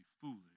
foolish